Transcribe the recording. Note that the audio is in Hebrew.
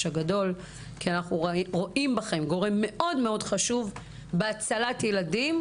הגדול כי אנחנו רואים בכם גורם חשוב בהצלת הילדים,